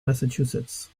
massachusetts